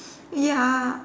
ya